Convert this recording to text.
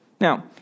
Now